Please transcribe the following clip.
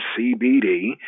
CBD